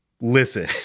Listen